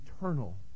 eternal